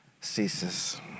ceases